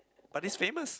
but this famous